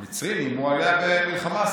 המצרים איימו עליה במלחמה,